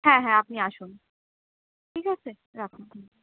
হ্যাঁ হ্যাঁ আপনি আসুন ঠিক আছে রাখুন